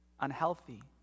unhealthy